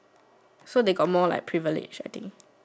so they got more like privilege I think